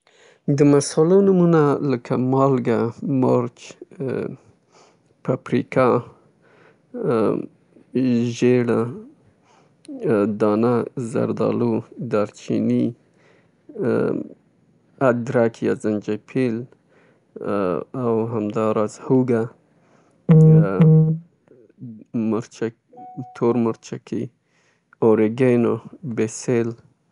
مصالې مختلف ډولونه لري لکه دارجین، زیره، پیپریکا یا تور مرچ، بیسل د مرچکي پودر او مختلف مصالې لکه زنجفیل، دانګورو غوره او داسې نور.